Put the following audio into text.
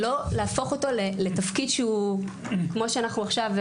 לא להפוך אותו לתפקיד שהוא כמו שאנחנו עכשיו,